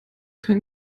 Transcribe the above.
kein